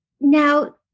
Now